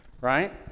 right